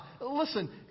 Listen